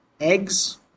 eggs